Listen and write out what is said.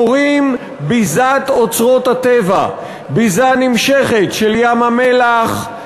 קוראים ביזת אוצרות הטבע: ביזה נמשכת של ים-המלח,